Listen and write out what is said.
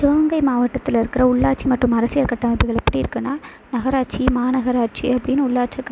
சிவகங்கை மாவட்டத்தில் இருக்கிற உள்ளாட்சி மற்றும் அரசியல் கட்டமைப்புகள் எப்படி இருக்குனா நகராட்சி மாநகராட்சி அப்படின்னு உள்ளாட்சி